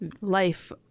Life